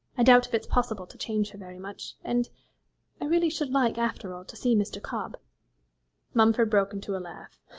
i doubt if it's possible to change her very much. and i really should like, after all, to see mr. cobb mumford broke into a laugh.